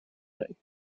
day